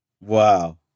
Wow